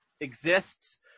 exists